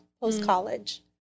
post-college